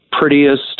prettiest